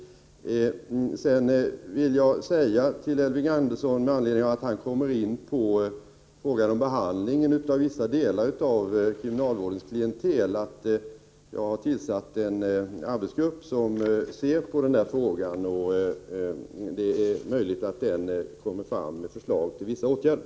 Vidare vill jag framhålla för Elving Andersson, med anledning av att han kom in på frågan om behandlingen av vissa delar av kriminalvårdens klientel, att jag har tillsatt en arbetsgrupp som undersöker frågan. Det är möjligt att den arbetsgruppen kommer att lägga fram förslag till vissa åtgärder.